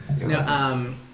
No